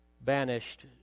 banished